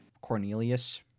Cornelius